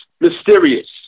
mysterious